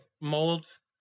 molds